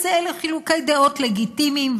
ואלה חילוקי דעות לגיטימיים,